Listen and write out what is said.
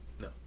No